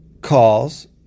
calls